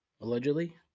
allegedly